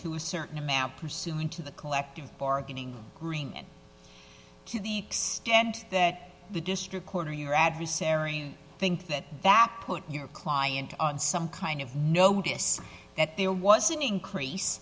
to a certain amount pursuant to the collective bargaining agreement to the extent that the district court or your adversary think that that put your client on some kind of notice that there was an increase